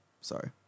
Sorry